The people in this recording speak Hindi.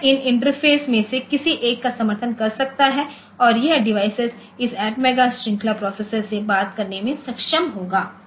तो यह इन इंटरफेस में से किसी एक का समर्थन कर सकता है और यह डिवाइस इस एटमेगा श्रृंखला प्रोसेसर से बात करने में सक्षम होगा